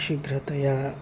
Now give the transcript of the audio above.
शीघ्रतया